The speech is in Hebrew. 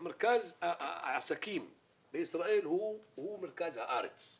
מרכז העסקים בישראל הוא מרכז הארץ